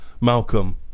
Malcolm